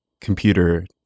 computer